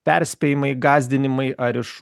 perspėjimai gąsdinimai ar iš